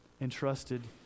entrusted